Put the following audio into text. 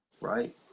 right